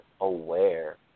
aware